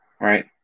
Right